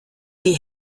die